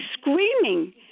screaming